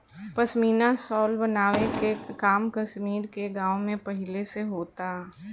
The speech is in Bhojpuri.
पश्मीना शाल बनावे के काम कश्मीर के गाँव में पहिले से होता